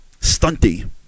stunty